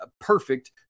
perfect